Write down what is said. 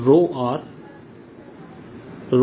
r r